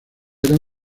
eran